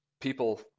People